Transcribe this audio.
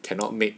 cannot make